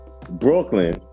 Brooklyn